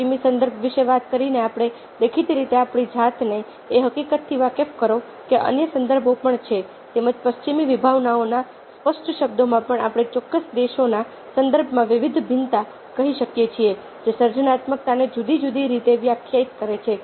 પશ્ચિમી સંદર્ભ વિશે વાત કરીને આપણે દેખીતી રીતે આપણી જાતને એ હકીકતથી વાકેફ કરો કે અન્ય સંદર્ભો પણ છે તેમજ પશ્ચિમી વિભાવનાઓના સ્પષ્ટ શબ્દોમાં પણ આપણે ચોક્કસ દેશોના સંદર્ભમાં વિવિધ ભિન્નતા કહી શકીએ છીએ જે સર્જનાત્મકતાને જુદી જુદી રીતે વ્યાખ્યાયિત કરે છે